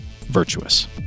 virtuous